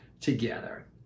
together